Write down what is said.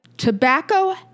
Tobacco